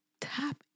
tap